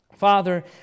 Father